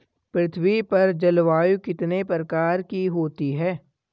पृथ्वी पर जलवायु कितने प्रकार की होती है?